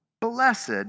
blessed